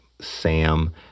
Sam